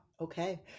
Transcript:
okay